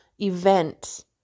event